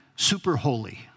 super-holy